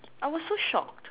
I was so shocked